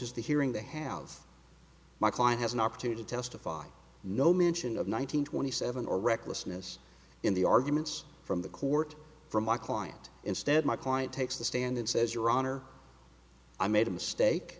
is the hearing to have my client has an opportunity to testify no mention of one thousand twenty seven or recklessness in the arguments from the court from my client instead my client takes the stand and says your honor i made a mistake